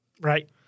Right